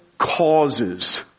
causes